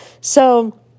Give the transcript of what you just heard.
So-